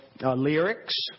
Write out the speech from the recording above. lyrics